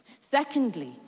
Secondly